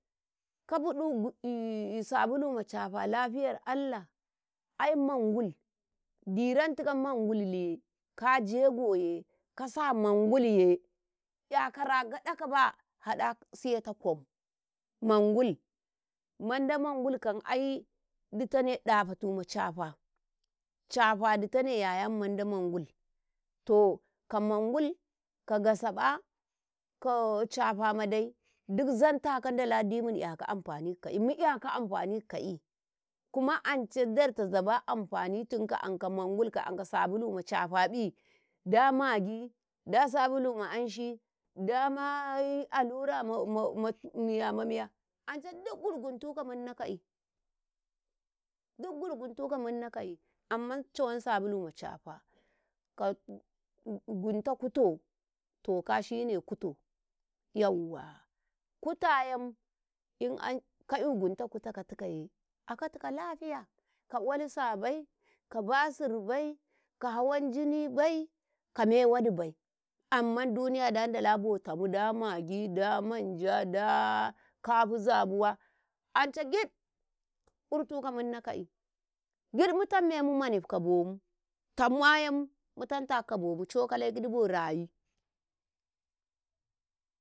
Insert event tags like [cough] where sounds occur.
﻿Ka budu [hesitation] sabulu macata lafiyar Allah ai mangul dirantik mangulle ka jegoye kasa mangul 'yakara gaɗaka ba haɗa siyeta ƙwam, mangul, mandan mangul kan ai ditane dafatu macafa [hesitation] cafa ditane yaya ma mandan mangul. To ka mangul ka gasaba ka [hesitation] ka cafa mdai gid zanta kau Ndala dimin “yaka amfani ka ka'i, muya amfani ka ka'i, kuma anca darta zaba amfanitinka anka mangul, ka anka sabulu macafabi da magi da sabulu ma anshi da [hesitation] mai allura ma [hesitation] anca duk gurguntuka mun na ka'i, duk gurguntuka mun na ka'i, amman cawan sabulu macafa, [hesitation] ka gunta kuto, toka shine kuto, yauwah kuto ayam [hesitation] ka'yu gunto kuto katikaye akatikau lafiya, ka olsa bai, ka basir bai, ka hawan jinibai, ka mewadibai, amman duniya Nda Ndala ba tami da magi da manja da [hesitation] kafi zabuwa anca gid ƙurtuka mun naka'i gid mutan memu manif kabomu tamma'yam mutantakau ka bomu cokale giddi bo rayi. [noise]